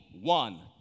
one